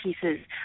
pieces